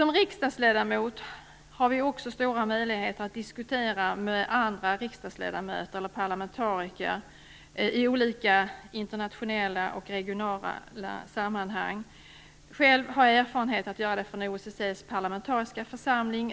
Som riksdagsledamöter har vi stora möjligheter att diskutera med andra parlamentariker i olika internationella och regionala sammanhang. Själv har jag erfarenhet av detta från OSSE:s parlamentariska församling.